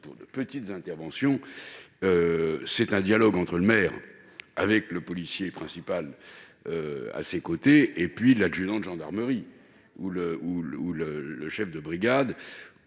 pour de petites interventions est un dialogue entre le maire, avec le policier principal à ses côtés, et l'adjudant de gendarmerie ou le chef de brigade,